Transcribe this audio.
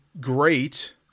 great